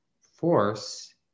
force